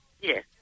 Yes